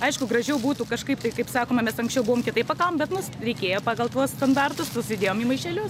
aišku gražiau būtų kažkaip tai kaip sakoma mes anksčiau buvom kitaip pakavom bet nus reikėjo pagal tuos standartus susidėjom į maišelius